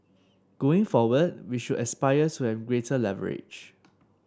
going forward we should aspire to have greater leverage